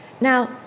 Now